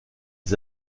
des